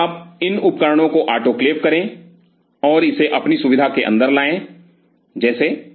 तो आप इन उपकरणों को आटोक्लेव करें और इसे अपनी सुविधा के अंदर लाएं जैसे